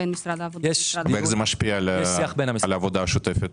ואיך זה משפיע על העבודה השוטפת?